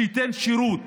שייתנו שירות.